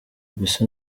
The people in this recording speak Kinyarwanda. mbese